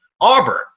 Auburn